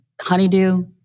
honeydew